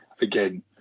again